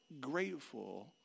grateful